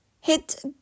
hit